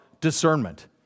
discernment